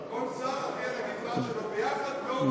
כל שר אחראי לגזרה שלו, ויחד, תוהו ובוהו.